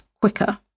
quicker